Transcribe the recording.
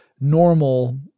normal